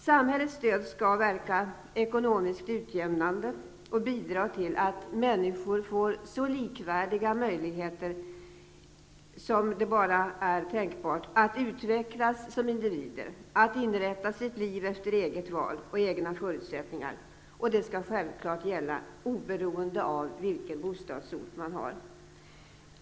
Samhällets stöd skall verka ekonomiskt utjämnande och bidra till att människor får likvärdiga möjligheter att utvecklas som individer och att inrätta sitt liv efter eget val och egna förutsättningar. Det skall självfallet gälla oberoende av vilken bostadsort man har.